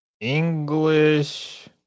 English